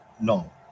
no